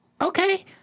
Okay